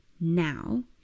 now